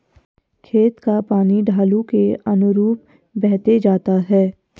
खेत का पानी ढालू के अनुरूप बहते जाता है